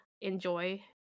enjoy